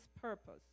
purpose